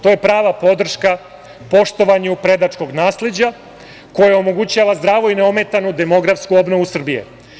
To je prava podrška poštovanju predačkog nasleđa koje omogućava zdravu i neometanu demografsku obnovu Srbije.